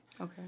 Okay